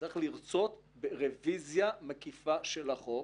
צריך לרצות ברביזיה מקיפה של החוק